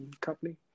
company